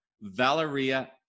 Valeria